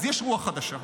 יש רוח חדשה,